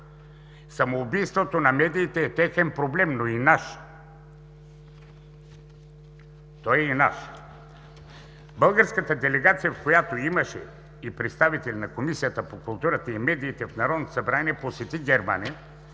Самоубийството на медиите е техен проблем, но и наш. Той е и наш! Българската делегация, в която имаше и представители на Комисията по културата и медиите в Народното събрание, посети Германия